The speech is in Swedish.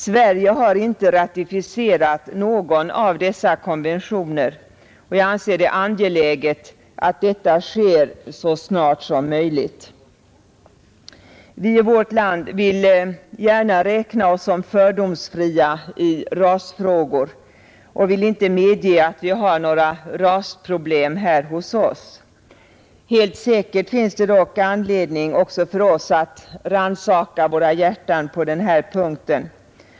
Sverige har inte ratificerat någon av dessa konventioner, och jag anser det angeläget att detta sker så snart som möjligt. Vi i vårt land vill gärna räkna oss som fördomsfria i rasfrågor och vill inte medge att vi har några rasproblem här hos oss. Helt säkert finns det dock anledning också för oss att rannsaka våra hjärtan på den här punkten.